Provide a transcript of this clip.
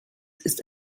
ist